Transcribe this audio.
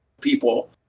people